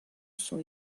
saw